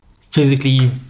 physically